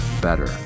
better